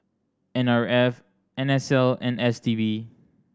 N R F N S L and S T B